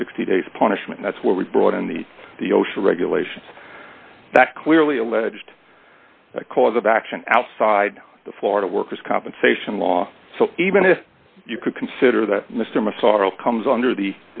of sixty days punishment that's where we brought in the the osha regulations that clearly alleged cause of action outside the florida workers compensation law so even if you could consider that mr massaro comes under the